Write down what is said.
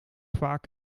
vaak